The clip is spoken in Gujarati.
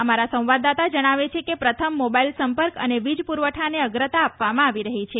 અમારા સંવાદદાતા જણાવે છે કે પ્રથમ મોબાઇલ સંપર્ક અને વીજપુરવઠાને અગ્રતા આપવામાં આવી રહી છે